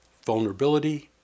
vulnerability